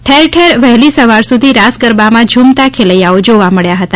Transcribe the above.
ઠેરઠેર વહેલી સવાર સુધી રાસ ગરબામાં ઝમતા ખેલેયાઓ જોવા મળ્યા હતા